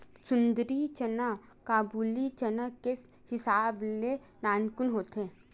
सुंदरी चना काबुली चना के हिसाब ले नानकुन होथे